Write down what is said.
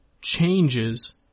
changes